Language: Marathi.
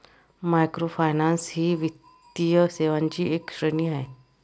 मायक्रोफायनान्स ही वित्तीय सेवांची एक श्रेणी आहे